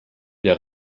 der